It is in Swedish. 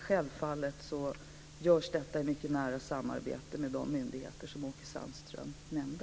Självfallet görs detta i mycket nära samarbete med de myndigheter som Åke Sandström här nämnde.